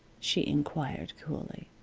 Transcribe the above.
she inquired, coolly.